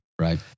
right